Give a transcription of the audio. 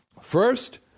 first